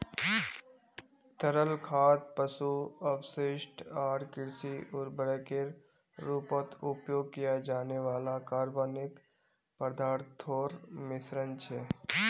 तरल खाद पशु अपशिष्ट आर कृषि उर्वरकेर रूपत उपयोग किया जाने वाला कार्बनिक पदार्थोंर मिश्रण छे